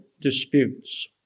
disputes